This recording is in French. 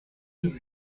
dix